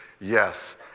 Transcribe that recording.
yes